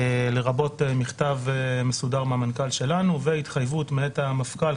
לרבות מכתב מסודר מהמנכ"ל שלנו והתחייבות מאת המפכ"ל,